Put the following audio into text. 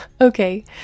Okay